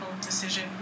decision